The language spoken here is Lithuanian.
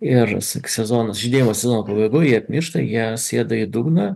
ir sezonus žydėjimo sezono pabaigoj jie apmiršta jie sėda į dugną